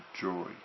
joy